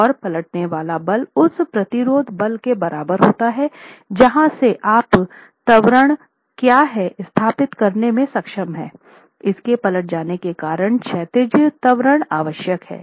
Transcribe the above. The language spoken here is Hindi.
और पलटने वाला बल उस प्रतिरोध बल के बराबर होता है जहाँ से आप त्वरण क्या हैं स्थापित करने में सक्षम है इसके पलट जाने के कारण क्षैतिज त्वरण आवश्यक है